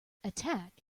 attack